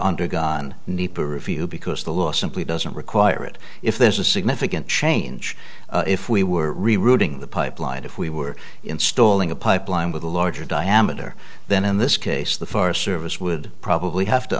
undergone nepa review because the law simply doesn't require it if there's a significant change if we were rerouting the pipeline if we were installing a pipeline with a larger diameter then in this case the forest service would probably have to